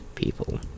people